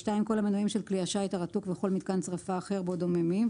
כל המנועים של כלי השיט הרתוק וכל מיתקן שריפה אחר בו דוממים,